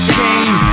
game